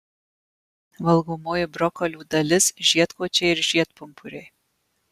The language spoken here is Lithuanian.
valgomoji brokolių dalis žiedkočiai ir žiedpumpuriai